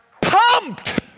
pumped